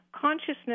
consciousness